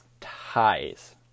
ties